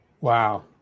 wow